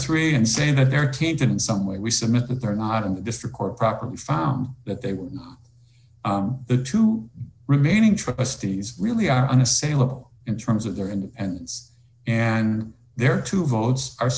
three and saying that there can't in some way we submit that they're not in the district court proper we found that they were the two remaining trustees really are unassailable in terms of their end and their two votes are